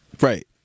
Right